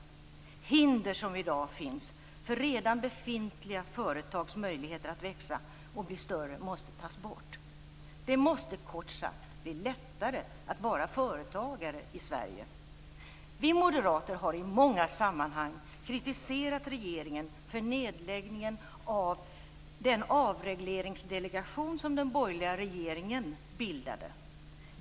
Hinder som i dag finns för redan befintliga företags möjligheter att växa och bli större måste tas bort. Det måste kort sagt bli lättare att vara företagare i Vi moderater har i många sammanhang kritiserat regeringen för nedläggningen av den avregleringsdelegation som den borgerliga regeringen bildade.